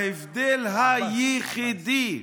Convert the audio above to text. ההבדל היחיד הוא